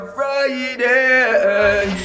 Friday